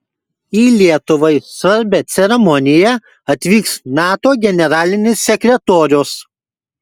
į lietuvai svarbią ceremoniją atvyks nato generalinis sekretorius